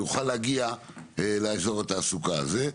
יוכל להגיע לאזור התעסוקה הזה.